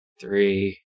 three